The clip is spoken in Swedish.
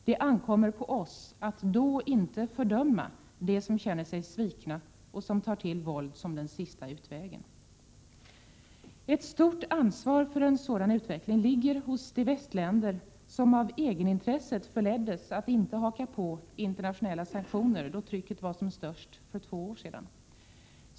Det ankommer på oss att då inte fördöma dem som känner sig svikna och som tar till våld som den sista utvägen. Ett stort ansvar för en sådan utveckling ligger hos de västländer som av egenintresset förleddes att inte haka på internationella sanktioner då trycket var som störst för två år sedan.